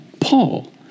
Paul